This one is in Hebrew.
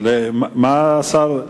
מה השר,